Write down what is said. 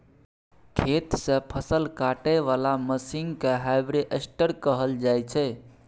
खेत सँ फसल काटय बला मशीन केँ हार्वेस्टर कहल जाइ छै